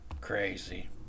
Crazy